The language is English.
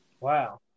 Wow